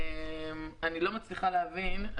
אני לא מצליחה להבין.